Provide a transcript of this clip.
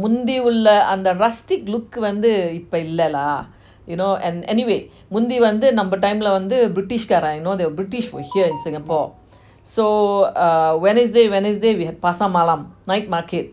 முந்தி உள்ள:munthi ulla rustic look இப்போ இல்லாத:ipo illala you know an- anyway முந்தி வந்து நம்ம:munthi vanthu namma time lah வந்து:vanthu british guard ah you know the british were here in singapore so uh wednesday wednesday we have pasar malam night market